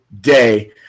day